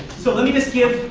so let me just give